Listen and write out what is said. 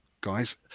guys